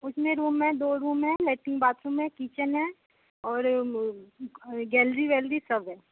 उसमें रूम में दो रूम हैं लेट्रिन बाथरूम है किचन है और गैलरी वैलरी सब है